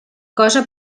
cosa